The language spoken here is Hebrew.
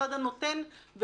הצד הנותן,